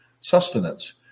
sustenance